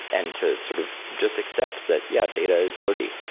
and to sort of just accept that yeah, data is dirty.